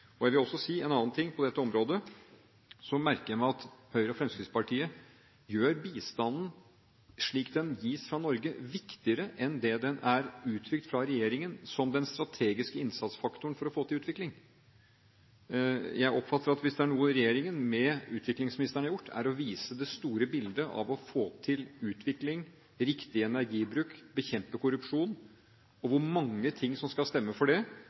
feil. Jeg vil også si en annen ting: På dette området merker jeg meg at Høyre og Fremskrittspartiet gjør bistanden, slik den gis fra Norge, viktigere enn det den er uttrykt som fra regjeringen, som den strategiske innsatsfaktoren for å få til utvikling. Jeg oppfatter det slik at hvis det er noe regjeringen, ved utviklingsministeren, har gjort, er det å vise det store bildet av å få til utvikling, ha riktig energibruk og bekjempe korrupsjon, og av hvor mange ting som skal stemme, utover det